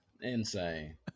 Insane